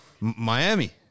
Miami